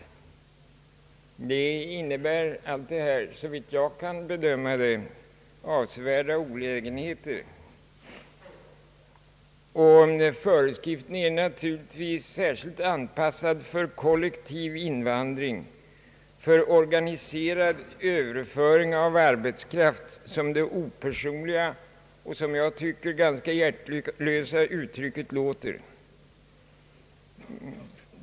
Allt detta innebär, såvitt jag kan bedöma det, avsevärda olägenheter. Föreskriften är naturligtvis särskilt anpassad för kollektiv invandring; för organiserad överföring av arbetskraft som det opersonliga och — som jag tycker — ganska hjärtlösa uttrycket låter.